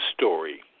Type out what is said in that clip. story